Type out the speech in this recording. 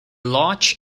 large